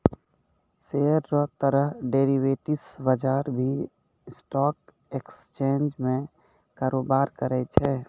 share रो तरह derivatives बजार भी स्टॉक एक्सचेंज में कारोबार करै छै